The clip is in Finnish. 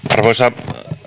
arvoisa